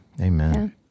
Amen